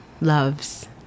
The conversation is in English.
loves